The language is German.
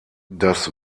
das